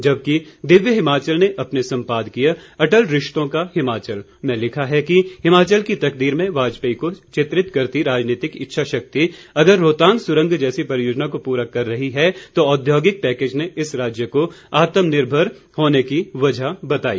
जबकि दिव्य हिमाचल ने अपने संपादकीय अटल रिश्तों का हिमाचल में लिखा है कि हिमाचल की तकदीर में वाजपेयी को चित्रित करती राजनीतिक इच्छाशक्ति अगर रोहतांग सुरंग जैसी परियोजना को पूरा कर रही है तो औद्योगिक पैकेज ने इस राज्य को आत्मनिर्भर होने की वजह बताई